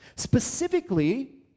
Specifically